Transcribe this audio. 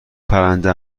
پرنده